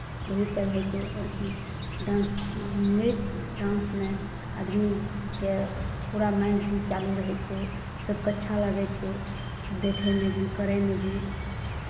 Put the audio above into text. यही सभ होइ छै आओर की डांस नृत्य डांसमे आदमीके पूरा माइण्ड भी चालू रहै छै सभकेँ अच्छा लागै छै देखयमे भी करयमे भी